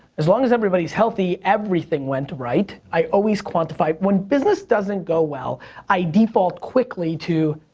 as long as everybody's healthy, everything went right, i always quantify when business doesn't go well i default quickly to,